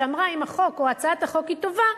שאמרה שאם החוק או הצעת החוק היא טובה,